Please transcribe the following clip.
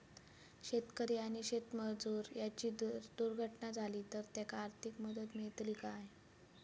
शेतकरी आणि शेतमजूर यांची जर दुर्घटना झाली तर त्यांका आर्थिक मदत मिळतली काय?